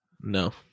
No